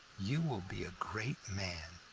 you will be a great man.